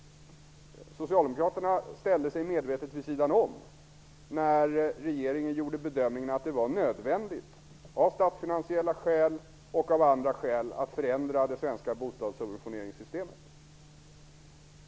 Socialdemokraterna ställde sig medvetet vid sidan om när regeringen gjorde den bedömningen att det av statsfinansiella och andra skäl var nödvändigt att förändra det svenska bostadssubventioneringssystemet.